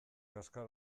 kaskar